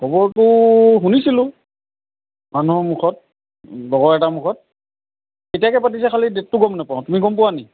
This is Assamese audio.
খবৰটো শুনিছিলোঁ মানুহৰ মুখত লগৰ এটাৰ মুখত কেতিয়াকৈ পাতিছে খালি ডেটটো গম নাপাও তুমি গম পোৱানি